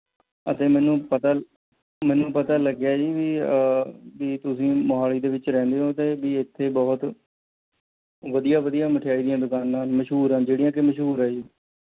ਅਤੇ ਮੈਨੂੰ ਪਤਾ ਮੈਨੂੰ ਪਤਾ ਲੱਗਿਆ ਜੀ ਵੀ ਵੀ ਤੁਸੀਂ ਮੋਹਾਲੀ ਦੇ ਵਿੱਚ ਰਹਿੰਦੇ ਹੋ ਅਤੇ ਵੀ ਇੱਥੇ ਬਹੁਤ ਵਧੀਆ ਵਧੀਆ ਮਠਿਆਈ ਦੀਆਂ ਦੁਕਾਨਾਂ ਮਸ਼ਹੂਰ ਹਨ ਜਿਹੜੀਆਂ ਕਿ ਮਸ਼ਹੂਰ ਹੈ ਜੀ